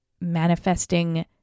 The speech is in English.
manifesting